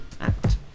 act